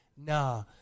Nah